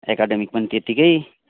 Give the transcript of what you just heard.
academic पनि त्यत्तिकै